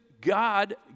god